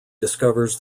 discovers